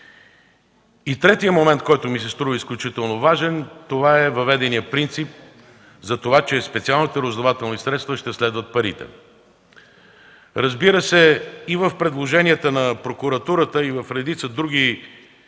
Третият момент, който ми се струва изключително важен, е въведеният принцип – специалните разузнавателни средства ще следват парите. Разбира се, и в предложенията на прокуратурата, и в редица други